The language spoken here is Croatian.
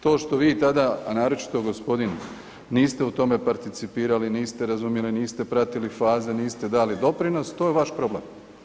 To što vi tada, a naročito gospodin niste u tome participirali, niste razumjeli, niste pratili faze, niste dali doprinos, to je vaš problem.